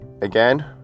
Again